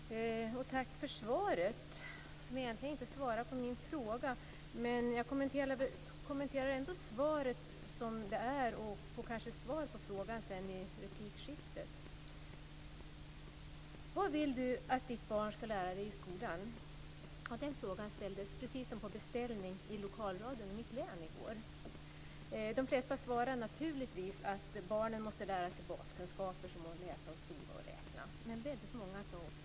Fru talman! Tack för svaret, som egentligen inte svarar på min fråga. Men jag ska ändå kommentera svaret, och jag får kanske sedan svar på min fråga i replikskiftet. Vad vill du att ditt barn ska lära sig i skolan? Den frågan ställdes, som på beställning, i lokalradion i mitt län i går. De flesta svarade naturligtvis att barnen måste få baskunskaper som att läsa, skriva och räkna. Men många sade också: "Stärka självkänslan."